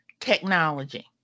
technology